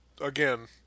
again